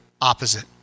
opposite